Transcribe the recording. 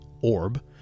orb